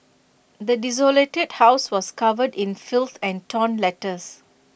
the desolated house was covered in filth and torn letters